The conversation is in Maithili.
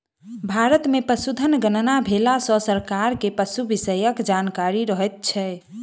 भारत मे पशुधन गणना भेला सॅ सरकार के पशु विषयक जानकारी रहैत छै